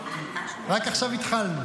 רק עכשיו התחלנו.